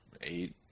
eight